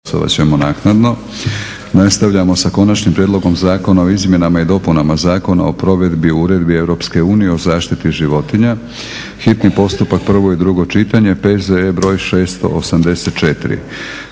**Leko, Josip (SDP)** Konačni prijedlog Zakona o izmjenama i dopunama Zakona o provedbi uredbe EU o zaštiti životnija, hitni postupak, prvo i drugo čitanje, P.Z.E.br. 684.